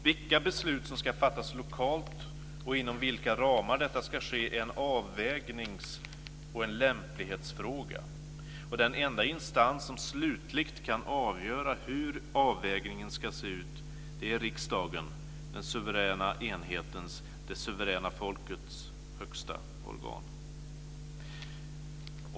Vilka beslut som ska fattas lokalt och inom vilka ramar detta ska ske är en avvägnings och lämplighetsfråga, och den enda instans som slutligt kan avgöra hur avvägningen ska se ut är riksdagen, den suveräna enhetens, det suveräna folkets, högsta organ.